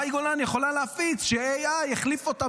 מאי גולן יכולה להפיץ שה-AI החליף אותה